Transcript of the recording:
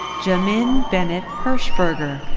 jamin bennet hershberger.